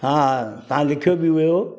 हा हा तव्हां लिखियो बि हुयो